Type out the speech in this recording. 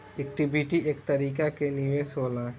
equity एक तरीका के निवेश होला